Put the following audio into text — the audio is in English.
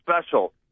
special